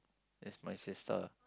is my sister